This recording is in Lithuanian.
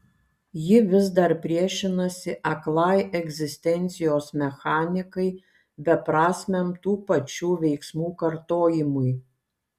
ji vis dar priešinasi aklai egzistencijos mechanikai beprasmiam tų pačių veiksmų kartojimui